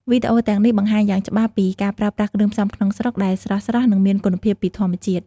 វីដេអូទាំងនេះបង្ហាញយ៉ាងច្បាស់ពីការ ប្រើប្រាស់គ្រឿងផ្សំក្នុងស្រុក ដែលស្រស់ៗ និងមានគុណភាពពីធម្មជាតិ។